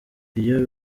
iyi